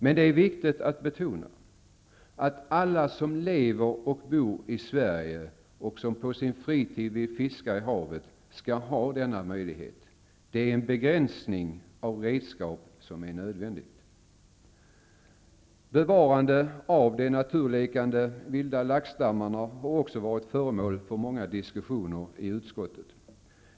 Men det är viktigt att betona att alla som lever och bor i Sverige och som på sin fritid vill fiska i havet skall ha denna möjlighet. Det är en begränsning av redskap som är nödvändig. Bevarande av de naturlekande vilda laxstammarna har också varit föremål för många diskussioner i utskottet.